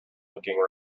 looking